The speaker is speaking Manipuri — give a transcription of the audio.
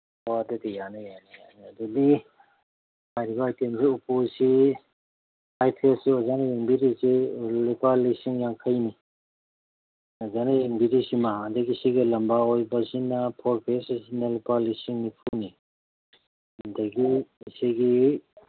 ꯑꯣ ꯑꯗꯨꯗꯤ ꯌꯥꯅꯤ ꯌꯥꯅꯤ ꯌꯥꯅꯤ ꯑꯗꯨꯗꯤ ꯍꯥꯏꯔꯤꯕ ꯑꯥꯏꯇꯦꯝꯁꯤ ꯎꯄꯨꯁꯤ ꯐꯥꯏꯚ ꯐꯦꯁꯁꯤ ꯑꯣꯖꯥꯅ ꯌꯦꯡꯕꯤꯔꯤꯁꯤ ꯂꯨꯄꯥ ꯂꯤꯁꯤꯡ ꯌꯥꯡꯈꯩꯅꯤ ꯑꯣꯖꯥꯅ ꯌꯦꯡꯕꯤꯔꯤꯁꯤꯃ ꯑꯗꯒꯤ ꯁꯤꯒꯤ ꯂꯝꯕꯥ ꯑꯣꯏꯕꯁꯤꯅ ꯐꯣꯔ ꯐꯦꯁ ꯑꯁꯤꯅ ꯂꯨꯄꯥ ꯂꯤꯁꯤꯡ ꯅꯤꯐꯨꯅꯤ ꯑꯗꯒꯤ ꯑꯁꯤꯒꯤ